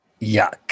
Yuck